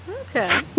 okay